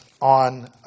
on